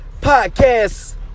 podcast